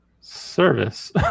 service